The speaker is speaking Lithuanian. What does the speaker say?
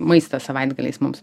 maistą savaitgaliais mums